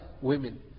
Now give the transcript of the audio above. women